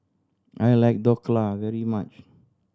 I like Dhokla very much